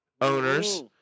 owners